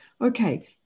okay